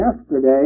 yesterday